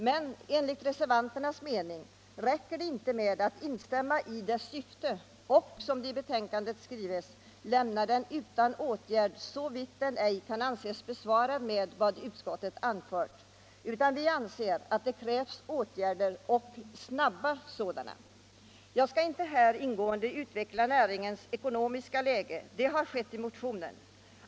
Men enligt reservanternas mening räcker det inte med att instämma i motionens syfte och som det i betänkandet skrivs lämna motionen ”utan åtgärd, såvitt den ej kan anses besvarad med vad utskottet anfört”, utan vi anser att det krävs åtgärder och snabba sådana. Jag skall inte här ingående utveckla näringens ekonomiska läge. Det har skett i motionen.